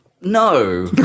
No